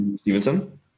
Stevenson